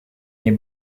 nie